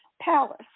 palace